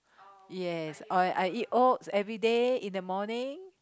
yes or I eat oats everyday in the morning